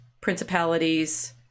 principalities